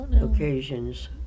occasions